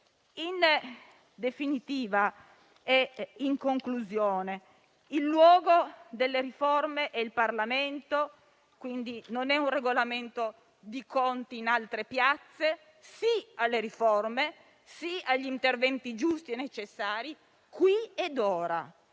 In definitiva, il luogo delle riforme è il Parlamento, quindi non è un regolamento di conti in altre piazze; sì alle riforme e agli interventi giusti e necessari, qui ed ora.